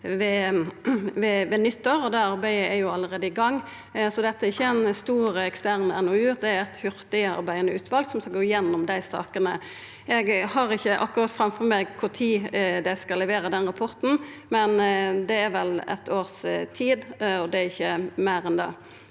ved nyttår, og det arbeidet er allereie i gang. Dette er ikkje ein stor, ekstern NOU, men det er eit hurtigarbeidande utval som skal gå gjennom dei sakene. Eg har ikkje akkurat no framfor meg kva tid dei skal levera den rapporten, men det er vel om eitt års tid, og det er ikkje meir enn det.